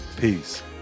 Peace